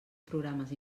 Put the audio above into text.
programes